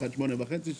אחד שמונה וחצי שעות,